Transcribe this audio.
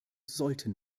sollten